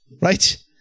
right